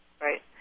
Right